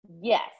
Yes